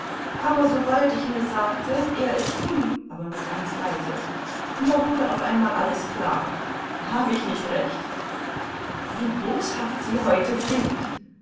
aber sobald ich mir sagte er ist dumm aber nur ganz leise da wurde auf einmal alles klar hab ich nicht recht wie boshaft sie heute sind